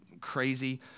crazy